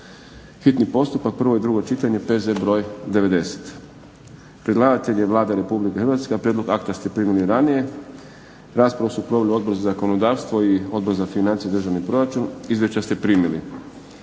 hitni postupak, prvo i drugo čitanje, P.Z. br. 90 Predlagatelj je Vlada Republike Hrvatske. Prijedlog akta ste primili ranije. Raspravu su proveli Odbor za zakonodavstvo i Odbor za financije i državni proračun. Izvješća ste primili.